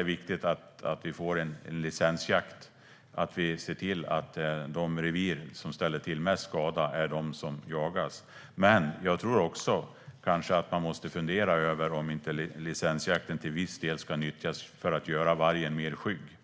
är viktigt att vi får en licensjakt, att vargar i revir som ställer till med mest skada ska jagas. Jag tycker också att vi ska fundera över om inte licensjakten ska nyttjas för att göra vargen mer skygg.